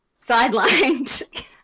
sidelined